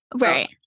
right